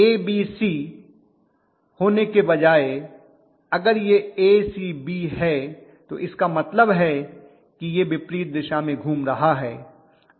ABC होने के बजाय अगर यह एसीबी है तो इसका मतलब है कि यह विपरीत दिशा में घूम रहा है